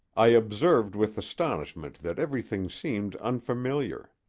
i observed with astonishment that everything seemed unfamiliar.